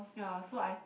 ya so I